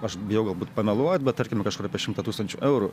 aš bijau galbūt pameluot bet tarkime kažkur apie šimtą tūkstančių eurų